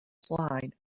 slide